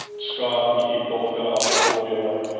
scott and keith both got off the four-wheeler.